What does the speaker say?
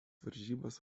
varžybas